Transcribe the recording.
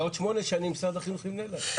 בעוד 8 שנים משרד החינוך יבנה להם.